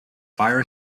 fire